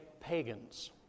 pagans